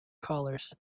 collars